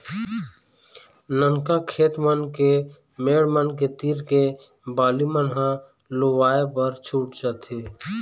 ननका खेत मन के मेड़ मन के तीर के बाली मन ह लुवाए बर छूट जाथे